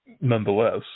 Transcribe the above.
nonetheless